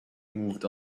moved